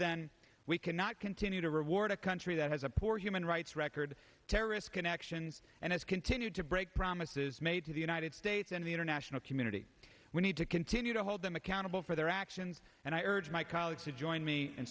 then we cannot continue to reward a country that has a poor human rights record terrorist connections and has continued to break promises made to the united states and the international community we need to continue to hold them accountable for their actions and i urge my colleagues to join me in